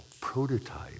prototype